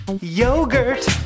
Yogurt